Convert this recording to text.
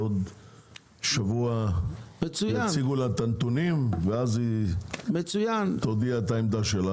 בעוד כשבוע יציגו לה את הנתונים ואז היא תודיע את עמדתה.